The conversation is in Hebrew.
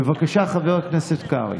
בבקשה, חבר הכנסת קרעי.